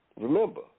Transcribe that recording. remember